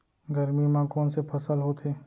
गरमी मा कोन से फसल होथे?